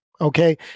Okay